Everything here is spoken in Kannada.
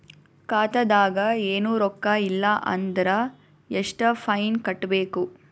ಖಾತಾದಾಗ ಏನು ರೊಕ್ಕ ಇಲ್ಲ ಅಂದರ ಎಷ್ಟ ಫೈನ್ ಕಟ್ಟಬೇಕು?